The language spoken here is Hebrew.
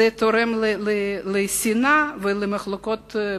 זה תורם לשנאה ולמחלוקות בתוכנו.